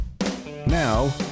Now